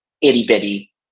itty-bitty